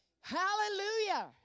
Hallelujah